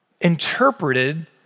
interpreted